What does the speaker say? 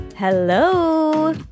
Hello